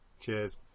Cheers